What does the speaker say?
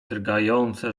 drgające